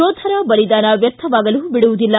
ಯೋಧರ ಬಲಿದಾನ ವ್ಯರ್ಥವಾಗಲು ಬಿಡುವುದಿಲ್ಲ